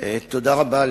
תודה רבה.